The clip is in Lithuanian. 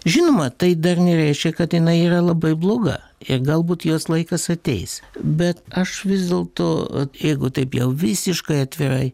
žinoma tai dar nereiškia kad jinai yra labai bloga ir galbūt jos laikas ateis bet aš vis dėlto jeigu taip jau visiškai atvirai